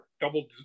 double